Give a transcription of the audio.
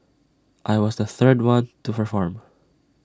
I was the third one to perform